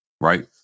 Right